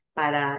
para